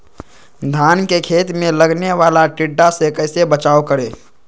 धान के खेत मे लगने वाले टिड्डा से कैसे बचाओ करें?